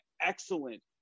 excellent